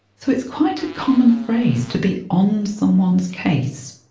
so it's quite a common phrase to be on someone's case.